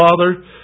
Father